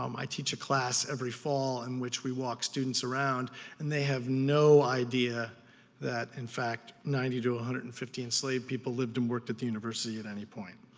um i teach a class every fall in which we walk students around and they have no idea that in fact ninety to one ah hundred and fifty enslaved people lived and worked at the university at any point.